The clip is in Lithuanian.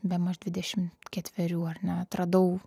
bemaž dvidešim ketverių ar ne atradau